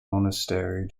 monastery